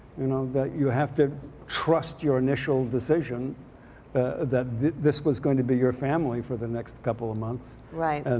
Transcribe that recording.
you know. that you have to trust your initial decision that this was going to be your family for the next couple of months. right.